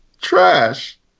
trash